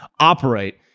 operate